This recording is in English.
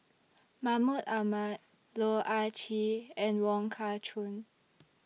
Mahmud Ahmad Loh Ah Chee and Wong Kah Chun